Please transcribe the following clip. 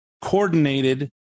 coordinated